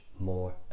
more